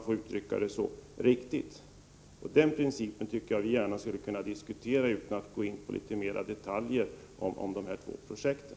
De här principfrågorna tycker jag att vi skulle kunna diskutera utan att behöva gå in på detaljer om de båda projekten.